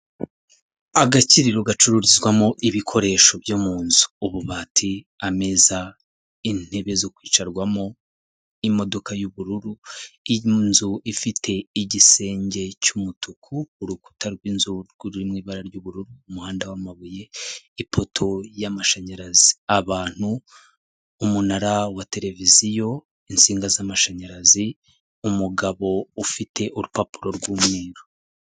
Agakiriro gacururizwamo ibikoresho byo mu nzu ububati, ameza, intebe zo kwicarwamo, imodoka y'ubururu ifite igisenge cy'umutuku urukuta rw'inzu iririmo ibara ry'ubururu, umuhanda wamabuye, ipoto y'amashanyarazi abantu, umunara wa televiziyo, insinga z'amashanyarazi, umugabo ufite urupapuro rwwuumweru.